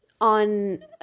on